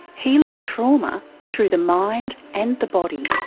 healing trauma through the mind and the body.